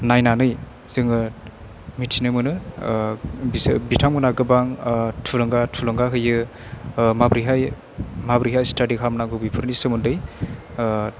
नायनानै जोङो मिथिनो मोनो बिसोर बिथांमोनहा गोबां थुलुंगा थुलुंगा होयो माबोरैहाय माबोरैहाय स्टादि खालामनांगौ बेफोरनि सोमोन्दै